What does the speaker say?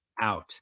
out